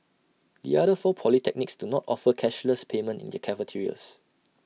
the other four polytechnics do not offer cashless payment in their cafeterias